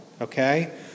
Okay